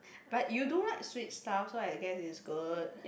but you do like sweet stuff so I guess is good